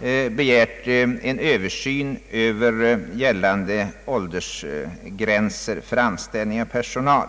vari begärdes en översyn av gällande åldersgränser för anställning av personal.